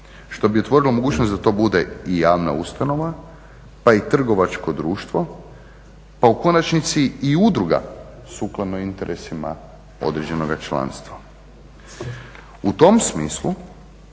što bi otvorilo mogućnost da to bude i javna ustanova pa i trgovačko društvo, pa u konačnici i udruga sukladno interesima određenoga članstva. U tom smislu